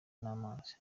n’amazi